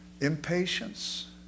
impatience